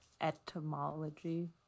etymology